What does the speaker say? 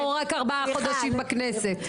הוא רק ארבעה חודשים בכנסת.